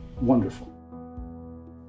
wonderful